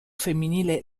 femminile